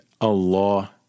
Allah